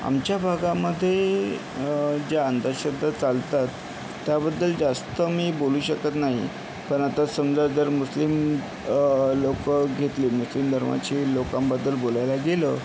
आमच्या भागामध्ये ज्या अंधश्रद्धा चालतात त्याबद्दल जास्त मी बोलू शकत नाही पण आता समजा जर मुस्लिम लोकं घेतली मुस्लिम धर्माची लोकांबद्दल बोलायला गेलं